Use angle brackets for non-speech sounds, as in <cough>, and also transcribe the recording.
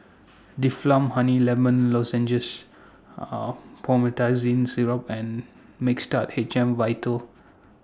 <noise> Difflam Honey Lemon Lozenges <hesitation> Promethazine Syrup and Mixtard H M Vital